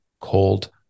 cold